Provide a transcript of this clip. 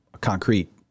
concrete